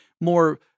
more